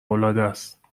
العادست